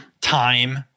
time